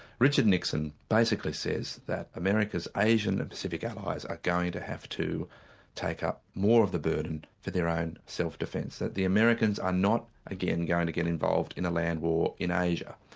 richard nixon basically says that america's asian and pacific allies are going to have to take up more of the burden for their own self-defence, that the americans are not going to get involved in a land war in asia.